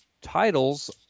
Titles